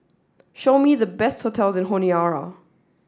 show me the best hotels in Honiara